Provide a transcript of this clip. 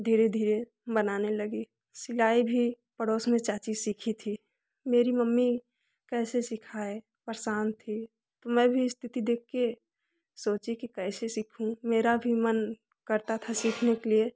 धीरे धीरे बनाने लगी सिलाई भी पड़ोस में चाची से सीखी थी मेरी मम्मी कैसे सिखाएं परेशान थी मैं भी स्थिति देख के सोची की कैसे सीखूँ मेरा भी मन करता था सीखने के लिए